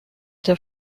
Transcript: der